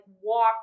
walk